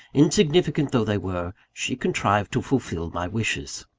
insignificant though they were, she contrived to fulfil my wishes.